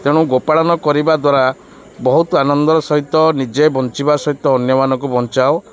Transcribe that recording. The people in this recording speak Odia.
ତେଣୁ ଗୋପାଳନ କରିବା ଦ୍ୱାରା ବହୁତ ଆନନ୍ଦର ସହିତ ନିଜେ ବଞ୍ଚିବା ସହିତ ଅନ୍ୟମାନଙ୍କୁ ବଞ୍ଚାଅ